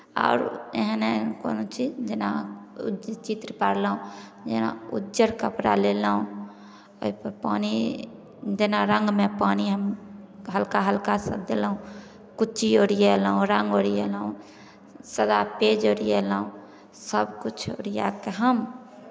आओर एहन एहन कोनो चीज जेना चित्र पारलहुँ जेना उज्जर कपड़ा लेलहुँ ओहिपर पानि जेना रङ्गमे पानि हम हल्का हल्कासँ देलहुँ कुच्ची ओरियेलहुँ रङ्ग ओरियेलहुँ सादा पेज ओरियेलहुँ सभकिछु ओरिया कऽ हम